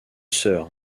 sœurs